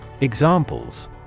Examples